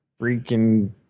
freaking